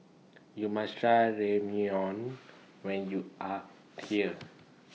YOU must Try Ramyeon when YOU Are here